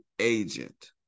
agent